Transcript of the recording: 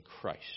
Christ